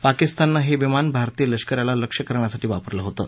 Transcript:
पाकिस्ताननं हे विमान भारतीय लष्कराला लक्ष्य करण्यासाठी वापरलं होतं